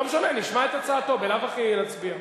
לא משנה, נשמע את הצעתו, בלאו הכי נצביע.